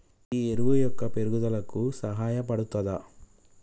ఈ ఎరువు మొక్క పెరుగుదలకు సహాయపడుతదా?